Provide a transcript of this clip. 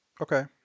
Okay